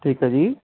ਠੀਕ ਹੈ ਜੀ